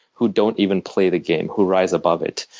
who don't even play the game who rise above it.